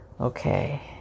Okay